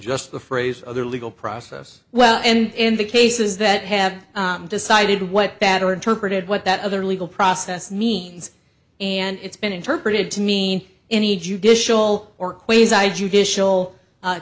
just the phrase other legal process well and in the cases that have decided what data are interpreted what that other legal process means and it's been interpreted to mean any judicial or quasar judicial